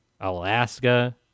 Alaska